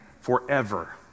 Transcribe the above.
forever